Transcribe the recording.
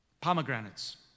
pomegranates